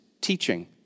teaching